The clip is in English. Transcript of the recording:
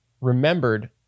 remembered